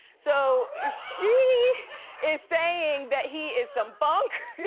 so ah she is saying that he is some funk,